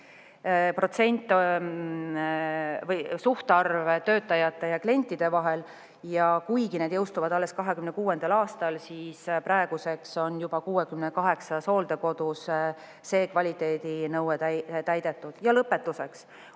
[teatud] suhtarv töötajate ja klientide vahel, ja kuigi need jõustuvad alles 2026. aastal, on praeguseks juba 68 hooldekodus see kvaliteedinõue täidetud. Ja lõpetuseks.